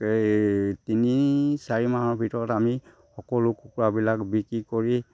এই তিনি চাৰি মাহৰ ভিতৰত আমি সকলো কুকুৰাবিলাক বিক্ৰী কৰি